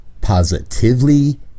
positively